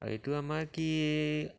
আৰু এইটো আমাৰ কি